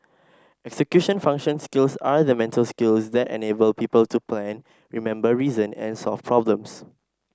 execution function skills are the mental skills that enable people to plan remember reason and solve problems